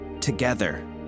Together